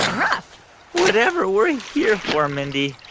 rough whatever we're here for, mindy,